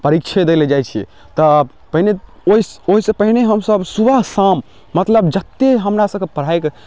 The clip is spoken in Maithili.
परीक्षे दै लऽ जाइत छियै तऽ पहिले ओहिसँ पहिने हमसब सुबह शाम मतलब जतेक हमरा सबके पढ़ाइ